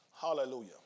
Hallelujah